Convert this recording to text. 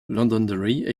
londonderry